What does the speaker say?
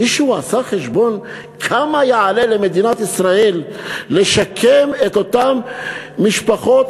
מישהו עשה חשבון כמה יעלה למדינת ישראל לשקם את אותן משפחות,